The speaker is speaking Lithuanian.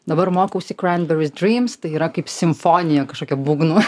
dabar mokausi cranberries dreams tai yra kaip simfonija kažkokia būgnų